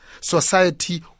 society